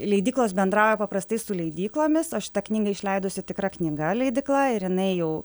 leidyklos bendrauja paprastai su leidyklomis o šitą knygą išleidusi tikra knyga leidykla ir jinai jau